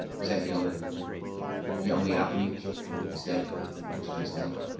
is that the only the only outreach is that that you just named?